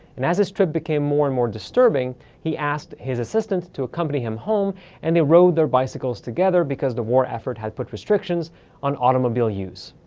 and as his trip became more and more disturbing, he asked his assistant to accompany him home and they rode their bicycles together, because the war effort had put restrictions on automobile use.